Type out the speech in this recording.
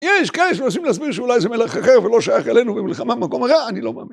יש כאלה שרוצים להסביר שאולי זה מלך אחר ולא שייך עלינו ובמלחמה במקום הרע, אני לא מאמין.